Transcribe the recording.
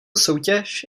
soutěž